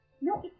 No